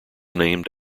named